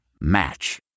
Match